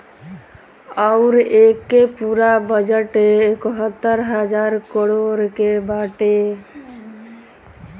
अउर एके पूरा बजट एकहतर हज़ार करोड़ के बाटे